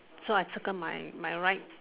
so I circle my my right